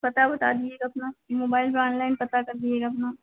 पता बता दिजिएगा अपना मोबाइल पर ऑनलाइन पता कर दिजिएगा अपना